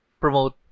promote